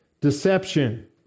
deception